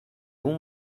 room